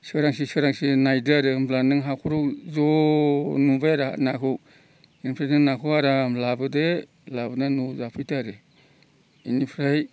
सोरांसि सोरांसि नायदो आरो होमब्ला नों हाखराव ज' नुबाय आरो नाखौ इनिफ्राय नों नाखौ आरो आराम लाबोदो लाबोना न'आव जाफैदो आरो इनिफ्राय